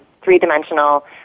three-dimensional